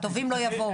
הטובים לא יבואו.